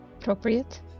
Appropriate